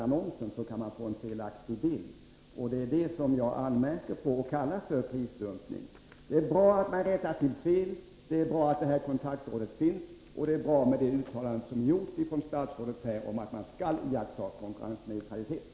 Riksdagens uttalande gällde uttryckligen bl.a. statsbidragen till frivilligorganisationer inom arbetsmarknadsdepartementets verksamhetsområde. Hur har riksdagsbeslutet i våras påverkat stödet till de frivilliga försvarsorganisationerna under innevarande budgetår? Kommer det att få betydelse för stödet under nästa budgetår?